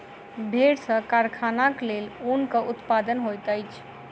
भेड़ सॅ कारखानाक लेल ऊनक उत्पादन होइत अछि